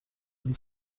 een